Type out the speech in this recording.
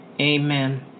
Amen